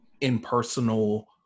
impersonal